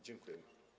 Dziękuję.